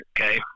Okay